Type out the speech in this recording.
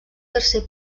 tercer